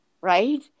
right